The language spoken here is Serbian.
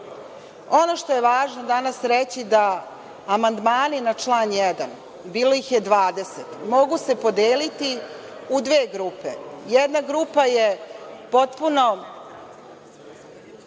što je važno danas reći jeste da se amandmani na član 1, bilo ih je 20, mogu podeliti u dve grupe. Jedna grupa je potpuna